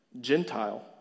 Gentile